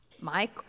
Mike